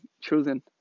children